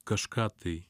kažką tai